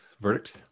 verdict